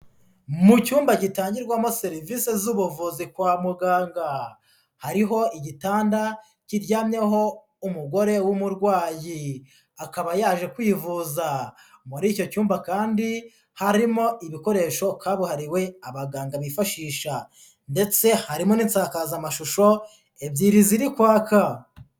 Mu cyumba gitangirwamo serivisi z'ubuvuzi kwa muganga, hariho igitanda kiryamyeho umugore w'umurwayi, akaba yaje kwivuza, muri icyo cyumba kandi harimo ibikoresho kabuhariwe abaganga bifashisha ndetse harimo n'insakazamashusho ebyiri ziri kwaka.